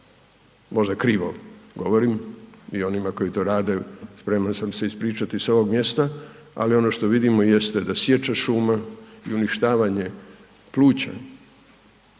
možda krivo govorim i onima koji to rade spreman sam se ispričati s ovog mjesta, ali ono što vidimo jeste da sječa šuma i uništavanje pluća